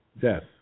death